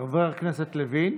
חבר הכנסת לוין,